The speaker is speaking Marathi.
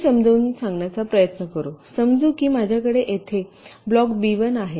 मी समजावून सांगण्याचा प्रयत्न करू समजू की माझ्याकडे येथे ब्लॉक बी 1 आहे